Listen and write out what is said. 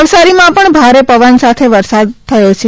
નવસારીમાં પણ ભારે પવન સાથે વરસાદ થયો છે